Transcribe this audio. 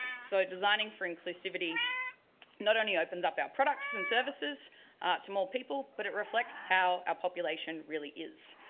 so designing for inclusivity not only opens up our products and services to more people, but it reflects how our population really is.